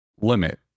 limit